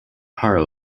harrow